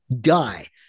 die